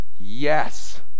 Yes